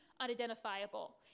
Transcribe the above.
unidentifiable